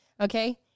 okay